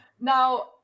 Now